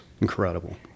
incredible